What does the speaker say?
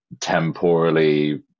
temporally